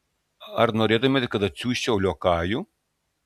ar norėtumėte kad atsiųsčiau liokajų